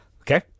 Okay